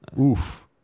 Oof